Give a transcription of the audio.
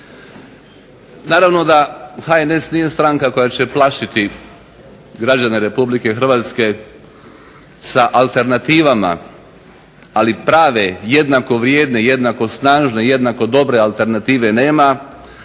Naravno da HNS nije stranka koja će plašiti građane Republike Hrvatske sa alternativama ali prave, jednako vrijedne, jednako snažne, jednako dobre alternative nema.